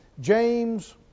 James